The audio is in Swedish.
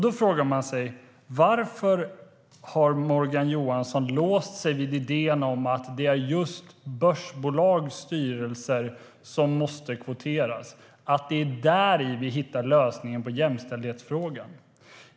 Då frågar man sig: Varför har Morgan Johansson låst sig vid idén om att det är just i börsbolagens styrelser som man måste kvotera, att det är där vi hittar lösningen på jämställdhetsfrågan?